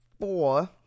four